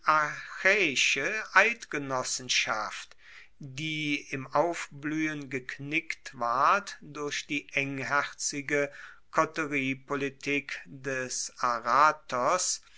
eidgenossenschaft die im aufbluehen geknickt ward durch die engherzige coteriepolitik des aratos